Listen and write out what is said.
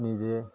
নিজেই